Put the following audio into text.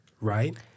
right